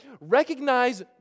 Recognize